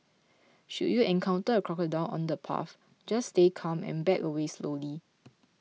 should you encounter a crocodile on the path just stay calm and back away slowly